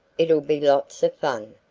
it'll be lots of fun,